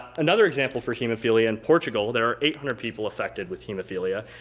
another example for hemophilia, in portugal there are eight hundred people affected with hemophilia,